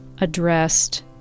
addressed